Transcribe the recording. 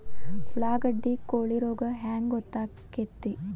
ಉಳ್ಳಾಗಡ್ಡಿ ಕೋಳಿ ರೋಗ ಹ್ಯಾಂಗ್ ಗೊತ್ತಕ್ಕೆತ್ರೇ?